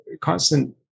constant